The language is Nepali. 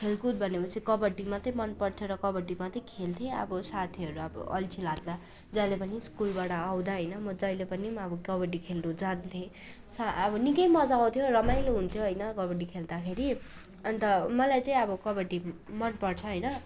खेलकुद भनेपछि कबड्डी मात्रै मन पर्थ्यो र कबड्डी मात्रै खेल्थेँ अब साथीहरू अब अल्छि लाग्दा जहिले पनि स्कुलबाट आउँदा होइन म जैहि पनि अब कबड्डी खल्नु जान्थेँ सा अब निकै मज्जा आउँथ्यो रमाइलो हुन्थ्यो होइन कबड्डी खेल्दाखेरि अन्त मलाई चाहिँ अब कबड्डी मनपर्छ होइन